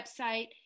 website